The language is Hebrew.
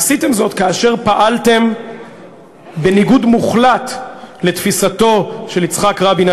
עשיתם זאת כאשר פעלתם בניגוד מוחלט לתפיסתו של יצחק רבין,